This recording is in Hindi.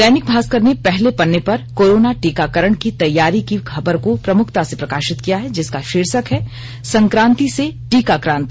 दैनिक भास्कर ने पहले पन्ने पर कोरोना टीकाकरण की तैयारी की खबर को प्रमुखता से प्रकाशित किया है जिसका शीर्षक है संक्रांति से टीकाक्रांति